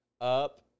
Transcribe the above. up